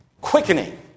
quickening